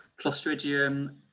Clostridium